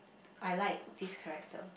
I like this character